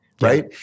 right